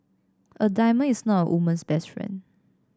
a diamond is not a woman's best friend